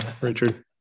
Richard